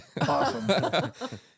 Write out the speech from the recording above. Awesome